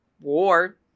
war